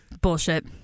Bullshit